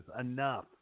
enough